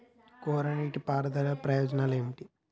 కోరా నీటి పారుదల ప్రయోజనాలు ఏమిటి?